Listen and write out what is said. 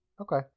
Okay